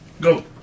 Go